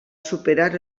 superar